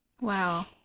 Wow